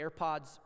AirPods